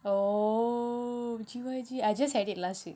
oh G_Y_G I just had it last week